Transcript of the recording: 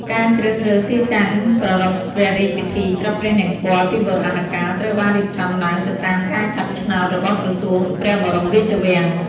ការជ្រើសរើសទីតាំងប្រារព្វព្រះរាជពិធីច្រត់ព្រះនង្គ័លពីបុរាណកាល ត្រូវបានរៀបចំឡើងទៅតាមការចាប់ឆ្នោត របស់ក្រសួងព្រះបរមរាជវាំង។